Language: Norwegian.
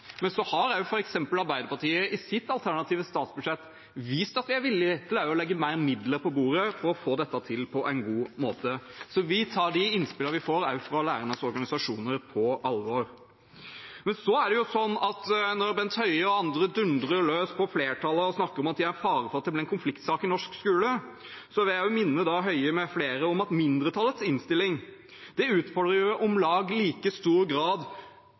Men så har Arbeiderpartiet i sitt alternative statsbudsjett vist at det er villig til å legge mer midler på bordet for å få dette til på en god måte. Vi tar de innspillene vi får – også fra lærernes organisasjoner – på alvor. Når Bent Høie og andre dundrer løs på flertallet og snakker om at det er fare for at det blir en konfliktsak i norsk skole, vil jeg minne Høie med flere om at mindretallets innstilling utfordrer i om lag like stor grad